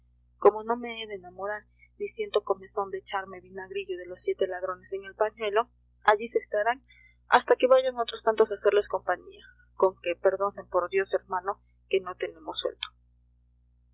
como no me he de enamorar ni siento comezón de echarme vinagrillo de los siete ladrones en el pañuelo allí se estarán hasta que vayan otros tantos a hacerles compañía conque perdone por dios hermano que no tenemos suelto